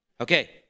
Okay